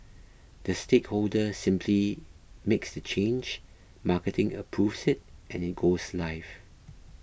the stakeholder simply makes the change marketing approves it and it goes live